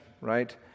right